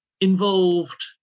involved